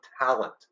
talent